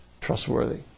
trustworthy